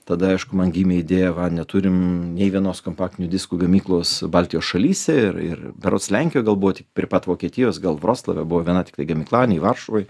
tada aišku man gimė idėja va neturim nei vienos kompaktinių diskų gamyklos baltijos šalyse ir ir berods lenkijoj galbūt prie pat vokietijos gal vroclave buvo viena tik gamykla nei varšuvoje